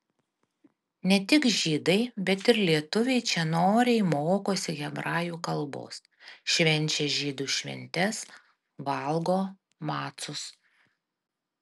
ne tik žydai bet ir lietuviai čia noriai mokosi hebrajų kalbos švenčia žydų šventes valgo macus